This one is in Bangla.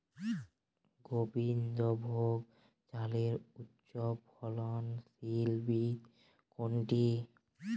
গোবিন্দভোগ চালের উচ্চফলনশীল বীজ কোনটি?